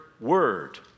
word